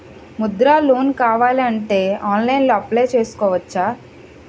Mudra loan కావాలి అంటే ఆన్లైన్లో అప్లయ్ చేసుకోవచ్చా?